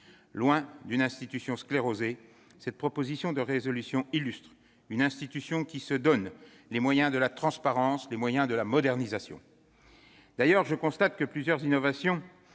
Loin d'une institution sclérosée, cette proposition de résolution illustre une institution qui se donne les moyens de la transparence et de la modernisation. D'ailleurs, je constate que plusieurs innovations